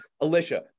Alicia